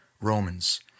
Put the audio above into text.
Romans